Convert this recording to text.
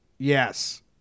Yes